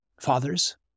Fathers